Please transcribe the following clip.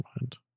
mind